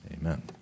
Amen